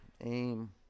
Aim